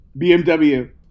BMW